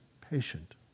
Patient